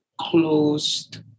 closed